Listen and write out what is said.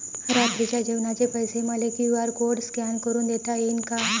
रात्रीच्या जेवणाचे पैसे मले क्यू.आर कोड स्कॅन करून देता येईन का?